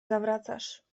zawracasz